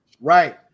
Right